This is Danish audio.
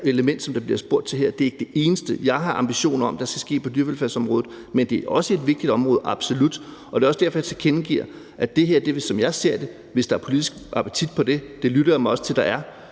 element, der bliver spurgt til her, er ikke det eneste, jeg har ambitioner om der skal ske på dyrevelfærdsområdet, men det er også et vigtigt område, absolut. Det er også derfor, jeg tilkendegiver, at som jeg ser det, er det her noget af det, vi kommer til at drøfte, hvis der er politisk appetit på det, og det lytter jeg mig til at der er.